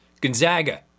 Gonzaga